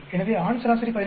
எனவே ஆண் சராசரி 17